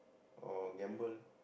oh gamble